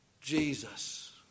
Jesus